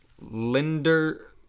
Linder